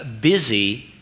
busy